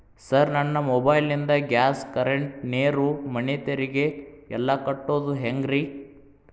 Sir ನನ್ನ mobile ನಿಂದ gas, current, ನೇರು, ಮನೆ ತೆರಿಗೆ ಎಲ್ಲಾ ಕಟ್ಟೋದು ಹೆಂಗ್ರಿ?